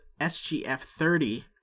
SGF30